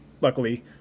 luckily